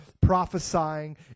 prophesying